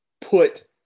put –